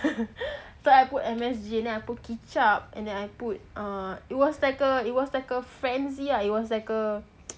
so I put M_S_G then I put kicap and then I put uh it was like a it was like a frenzy ah it was like a